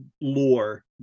lore